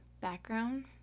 background